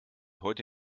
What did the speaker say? heute